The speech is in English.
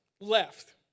left